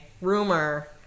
rumor